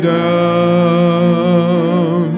down